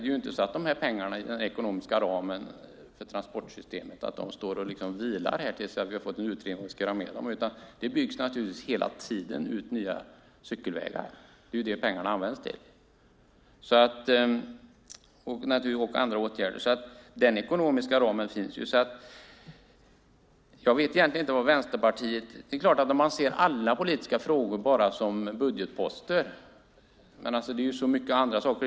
Det är inte så att dessa pengar inom den ekonomiska ramen för transportsystemet vilar tills vi har fått en utredning om vad vi ska göra med dem, utan det byggs naturligtvis hela tiden nya cykelvägar. Det är till detta och andra åtgärder som pengarna används. Denna ekonomiska ram finns alltså. Det är klart att man kan se alla politiska frågor bara som budgetposter. Men det finns så många andra saker.